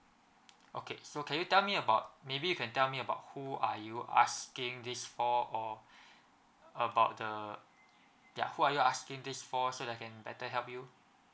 okay so can you tell me about maybe you can tell me about who are you asking this for or about the ya who are you asking this for so that I can better help you